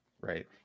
right